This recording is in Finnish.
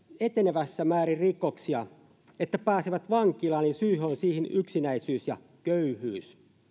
etenevässä määrin rikoksia että pääsevät vankilaan ja syy siihen on yksinäisyys ja köyhyys